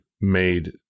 made